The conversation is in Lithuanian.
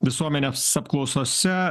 visuomenės apklausose